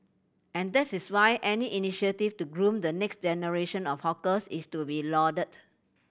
and that is why any initiative to groom the next generation of hawkers is to be lauded